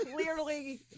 Clearly